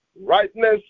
rightness